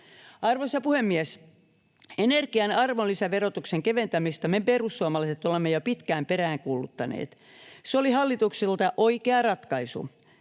Arvoisa puhemies! Energian arvonlisäverotuksen keventämistä me perussuomalaiset olemme jo pitkään peräänkuuluttaneet. Se oli hallitukselta oikea ratkaisu.